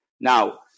Now